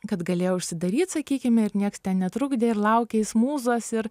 kad galėjo užsidaryt sakykime ir nieks netrukdė ir laukė jis mūzos ir